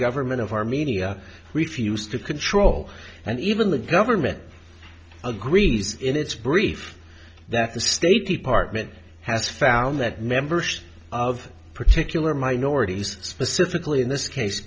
government of armenia refused to control and even the government agrees in its brief that the state department has found that membership of particular minorities specifically in this case